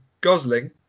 Gosling